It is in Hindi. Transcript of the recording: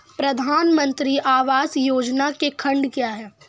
प्रधानमंत्री आवास योजना के खंड क्या हैं?